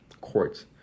courts